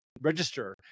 Register